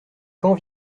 quand